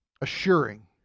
assuring